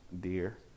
dear